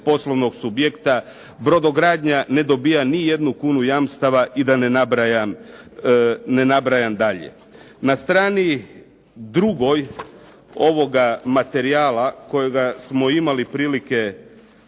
poslovnog subjekta, brodogradnja ne dobija ni jednu kunu jamstava i da ne nabrajam dalje. Na strani 2. ovoga materijala kojega smo imali prilike